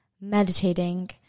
meditating